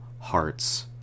Hearts